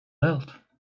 health